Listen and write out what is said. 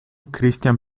christian